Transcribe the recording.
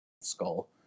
skull